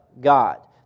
God